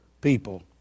people